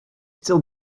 still